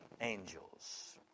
angels